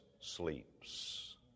sleeps